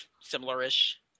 similar-ish